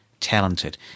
Talented